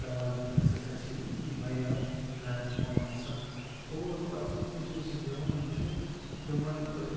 دپان اسہِ ہسا چھِ واریاہ ترامہِ پانژھ ستھ اور پتہٕ یتھے أسۍ یہ دِوان چھِ تٕن تہ